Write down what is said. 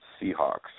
Seahawks